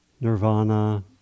nirvana